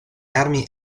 armi